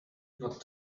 not